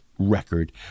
record